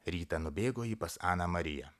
rytą nubėgo ji pas aną mariją